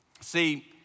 see